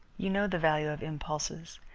you know the value of impulses.